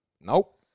Nope